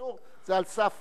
"יצור" זה על סף